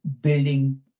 building